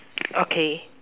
okay